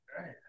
right